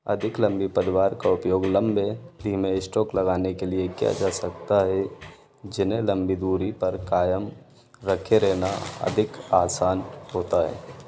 अधिक लंबी पदवार का उपयोग लंबे धीमे स्ट्रोक लगाने के लिए किया जा सकता है जिन्हें लंबी दूरी पर क़ायम रखे रहना अधिक आसान होता है